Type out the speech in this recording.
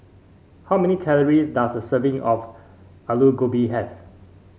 how many calories does a serving of Alu Gobi have